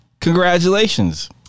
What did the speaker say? Congratulations